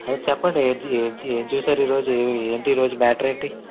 అదే చెప్పండి ఎం చి ఎం చు ఎం చూసారు ఈ రోజు ఏంటి ఈ రోజు మ్యాటర్ ఏంటి